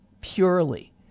purely